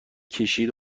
کشید